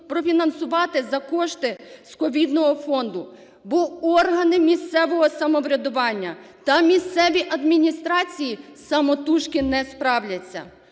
профінансувати за кошти з ковідного фонду, бо органи місцевого самоврядування та місцеві адміністрації самотужки не справляться.